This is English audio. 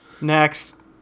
Next